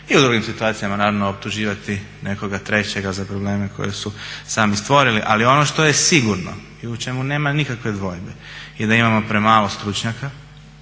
i u drugim situacijama naravno optuživati nekoga trećega za probleme koje su sami stvorili. Ali ono što je sigurno i u čemu nema nikakve dvojbe je da imamo premalo stručnjaka